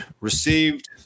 received